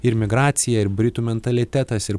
ir migracija ir britų mentalitetas ir